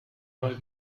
mal